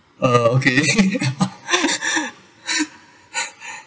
uh okay